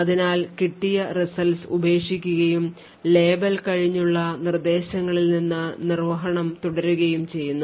അതിനാൽ കിട്ടിയ results ഉപേക്ഷിക്കുകയും ലേബൽ കഴിഞ്ഞുള്ള നിർദ്ദേശങ്ങളിൽ നിന്ന് നിർവ്വഹണം തുടരുകയും ചെയ്യുന്നു